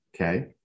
okay